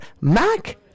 Mac